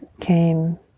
came